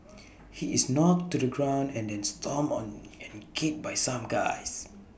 he is knocked to the ground and then stomped on and kicked by some guys